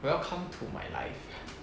welcome to my life